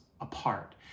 apart